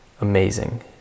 Amazing